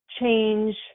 change